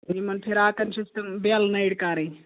یِمَن فِراقَن چھِس تِم بٮ۪ل نٔرۍ کَرٕنۍ